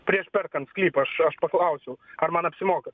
prieš perkant sklypą aš aš paklausiau ar man apsimoka